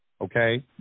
okay